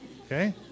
Okay